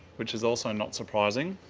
which is also not surprising